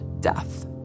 death